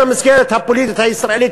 במסגרת הפוליטית הישראלית,